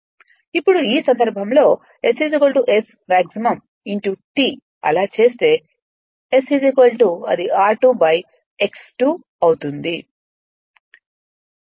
ఇప్పుడు ఆ సందర్భంలో S Smax T అలా చేస్తే S అది r2 x 2 అవుతుంది